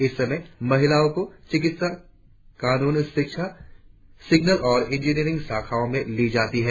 इस समय महिलाओ को चिकित्सा कानून शिक्षा सिग्नल और इंजीनियरिंग शाखाओ में लिया जाता है